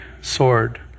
sword